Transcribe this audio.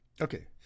Okay